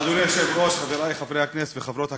אדוני היושב-ראש, חברי חברי הכנסת וחברות הכנסת,